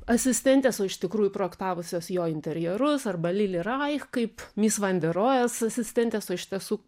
asistentės o iš tikrųjų projektavusios jo interjerus arba lili raich kaip mis van de rohės asistentės o iš tiesų